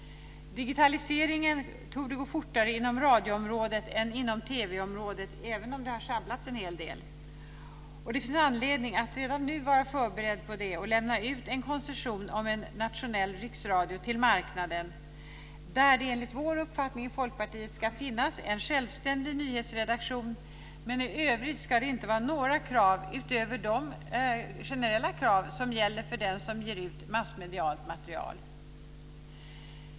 Digitaliseringen torde gå fortare inom radioområdet än inom TV området även om det har sjabblats en hel del. Det finns anledning att redan nu vara förberedd på det och lämna ut en koncession om en nationell riksradio till marknaden, där det enligt Folkpartiets uppfattning ska finnas en självständig nyhetsredaktion, men i övrigt ska det inte vara några krav utöver de generella krav som gäller för den som ger ut massmedialt material.